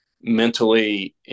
mentally